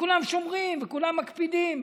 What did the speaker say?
כולם שומרים וכולם מקפידים.